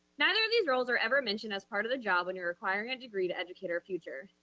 neither of these roles are ever mentioned as part of the job when you're requiring a degree to educate our future.